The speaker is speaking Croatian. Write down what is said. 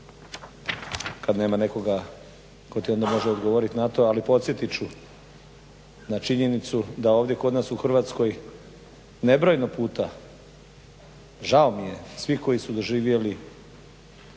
kad nema nekoga tko ti onda može odgovoriti na to. Ali, podsjetit ću na činjenicu da ovdje kod nas u Hrvatskoj nebrojeno puta, žao mi je svih koji su doživjeli